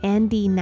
Andy